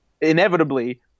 Inevitably